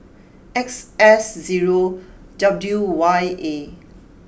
X S zero W Y A